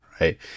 right